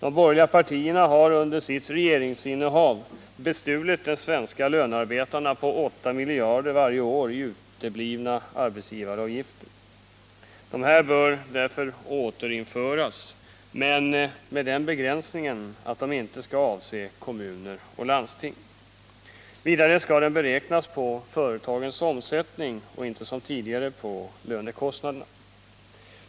De borgerliga partierna har under sitt regeringsinnehav bestulit de svenska lönearbetarna på 8 miljarder varje år i uteblivna arbetsgivaravgifter. Dessa bör därför återinföras men med den begränsningen att de inte skall avse kommuner och landsting. Vidare skall de beräknas på företagens omsättning och inte, som tidigare, på lönekostnaderna.